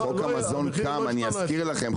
אני אזכיר לכם,